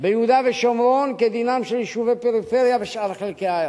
ביהודה ושומרון כדינם של יישובי פריפריה בשאר חלקי הארץ?